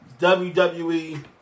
WWE